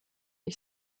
ich